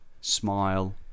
smile